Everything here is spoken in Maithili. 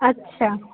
अच्छा